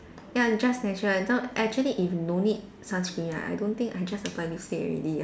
ya just natural don't actually if no need sunscreen right I don't think I just apply lipstick already